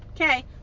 okay